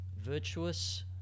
Virtuous